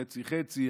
חצי-חצי,